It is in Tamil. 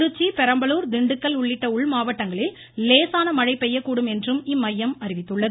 திருச்சி பெரம்பலூர் திண்டுக்கல் உள்ளிட்ட உள்மாவட்டங்களில் லேசான மழைபெய்யக்கூடும் என்றும் இம்மையம் அறிவித்துள்ளது